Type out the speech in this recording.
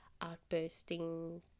outbursting